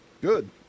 Good